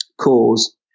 cause